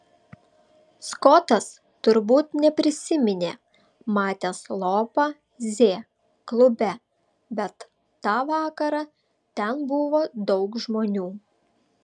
skotas turbūt neprisiminė matęs lopą z klube bet tą vakarą ten buvo daug žmonių